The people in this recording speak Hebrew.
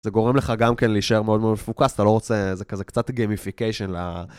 זה גורם לך גם כן להישאר מאוד מאוד מפוקס, אתה לא רוצה, זה כזה קצת גימיפיקיישן.